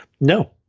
No